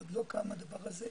עוד לא קם הדבר הזה.